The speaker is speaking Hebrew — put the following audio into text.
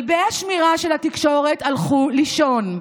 כלבי השמירה של התקשורת הלכו לישון.